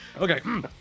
Okay